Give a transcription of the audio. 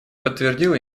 подтвердила